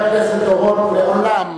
חבר הכנסת אורון מעולם,